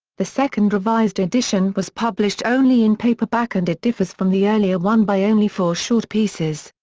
the second revised edition was published only in paperback and it differs from the earlier one by only four short pieces.